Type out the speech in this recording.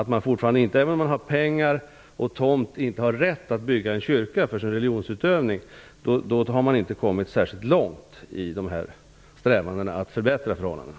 Trots att man har pengar och tomt har man ändå inte rätt att bygga en kyrka för sin religionsutövning. Därför tycker jag inte att man har kommit särskilt långt i strävandena att förbättra förhållandena.